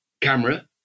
camera